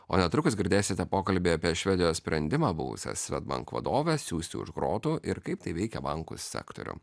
o netrukus girdėsite pokalbį apie švedijos sprendimą buvusią swedbank vadovę siųsti už grotų ir kaip tai veikia bankų sektorių